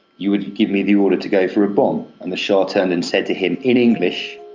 you would give me the order to go for a bomb? and the shah turned and said to him, in english,